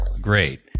Great